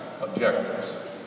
objectives